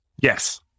yes